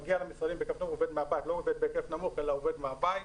מגיע למשרדים בהיקף נמוך ועובד מהבית.